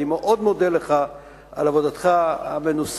אני מאוד מודה לך על עבודתך המנוסה.